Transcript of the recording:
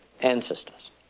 ancestors